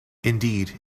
indeed